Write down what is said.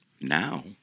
Now